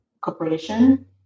corporation